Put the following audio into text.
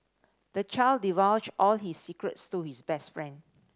the child divulged all his secrets to his best friend